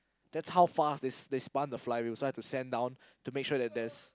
that's how fast they spun the fly wheels so I had to send down to make sure that there's